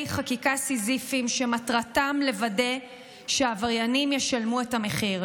חקיקה סיזיפיים שמטרתם לוודא שעבריינים ישלמו את המחיר,